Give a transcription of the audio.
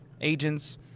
agents